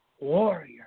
warrior